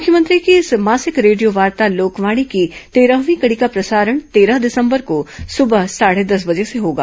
मुख्यमंत्री की इस मासिक रेडियोवार्ता लोकवाणी की तेरहवीं कड़ी का प्रसारण तेरह दिसंबर को सुबह साढ़े दस बजे से होगा